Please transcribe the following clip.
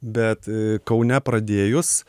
bet kaune pradėjus